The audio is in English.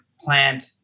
plant